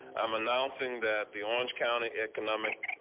i'm announcing that the orange county economic.